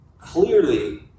Clearly